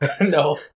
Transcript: No